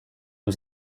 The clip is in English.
was